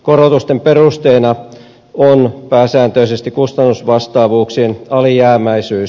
korotusten perusteena on pääsääntöisesti kustannusvastaavuuksien alijäämäisyys